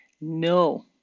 No